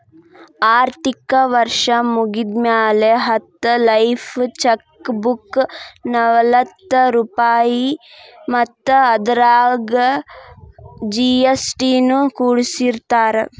ಆರ್ಥಿಕ ವರ್ಷ್ ಮುಗ್ದ್ಮ್ಯಾಲೆ ಹತ್ತ ಲೇಫ್ ಚೆಕ್ ಬುಕ್ಗೆ ನಲವತ್ತ ರೂಪಾಯ್ ಮತ್ತ ಅದರಾಗ ಜಿ.ಎಸ್.ಟಿ ನು ಕೂಡಸಿರತಾರ